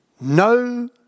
No